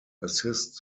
assist